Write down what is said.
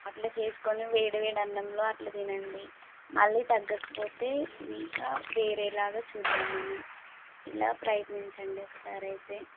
అట్ల చేసుకుని వేడివేడి అన్నంలో అట్లా తినండి మళ్ళీ తగ్గకపోతే ఇంకా వేరేలాగా చూద్దాం మనం ఇలా ప్రయత్నించండి ఒకసారి అయితే